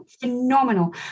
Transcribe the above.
phenomenal